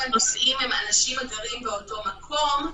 הנוסעים הם אנשים הגרים באותו מקום .